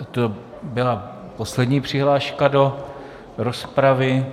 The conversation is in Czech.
A to byla poslední přihláška do rozpravy.